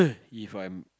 if I'm